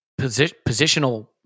positional